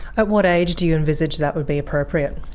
at what age do you envisage that would be appropriate?